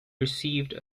received